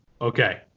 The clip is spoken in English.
okay